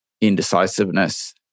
indecisiveness